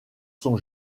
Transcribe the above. sont